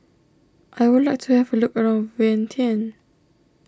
I would like to have a look around Vientiane